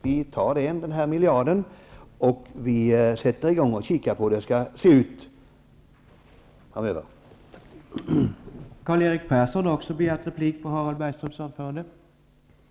Vi tar bort en miljard och sätter i gång att kika på hur verksamheten skall se ut framöver.